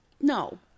No